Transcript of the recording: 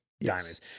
diamonds